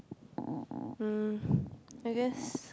um I guess